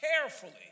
carefully